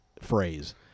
phrase